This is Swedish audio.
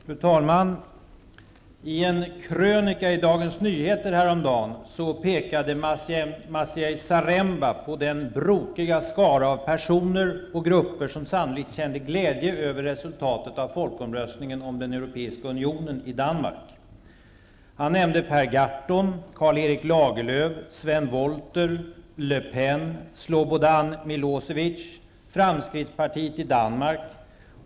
Fru talman! I en krönika i Dagens Nyheter häromdagen pekade Maciej Zaremba på den brokiga skara av personer och grupper som sannolikt kände gädje över resultatet av folkomröstningen i Danmark om den europeiska unionen. Han nämnde Per Gahrton, Karl Erik Milosevic och Fremskridtspartiet i Danmark.